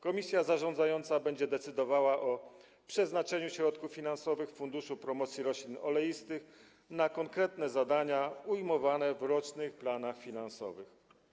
Komisja zarządzająca będzie decydowała o przeznaczeniu środków finansowych Funduszu Promocji Roślin Oleistych na konkretne zadania ujmowane w rocznych planach finansowych.